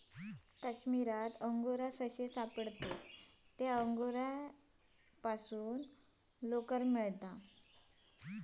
काश्मीर मध्ये आढळणाऱ्या अंगोरा सशापासून अंगोरा लोकर मिळते